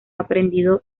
aprendido